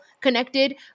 connected